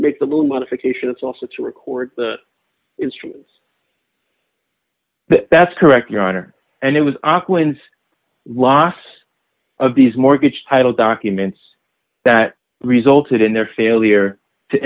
make a little modification it's also to record instruments that's correct your honor and it was auckland's loss of these mortgage title documents that resulted in their failure to